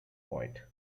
white